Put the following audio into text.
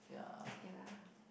kay lah